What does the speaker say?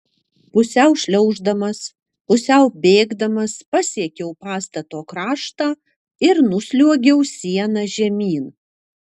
pusiau šliauždamas pusiau bėgdamas pasiekiau pastato kraštą ir nusliuogiau siena žemyn